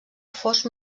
fosc